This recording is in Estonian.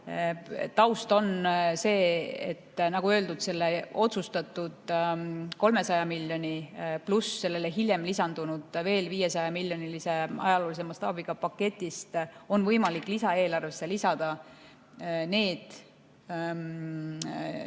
Taust on see, et nagu öeldud, sellest otsustatud 300‑miljonilisest pluss sellele hiljem lisandunud veel 500-miljonilisest ajaloolise mastaabiga paketist on võimalik lisaeelarvesse lisada need